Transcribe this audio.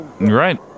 Right